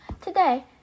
today